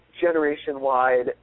generation-wide